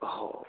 हो